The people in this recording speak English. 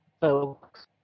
folks